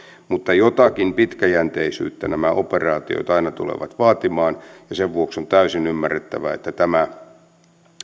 mutta jotakin pitkäjänteisyyttä nämä operaatiot aina tulevat vaatimaan ja sen vuoksi on täysin ymmärrettävää että tämä